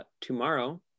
tomorrow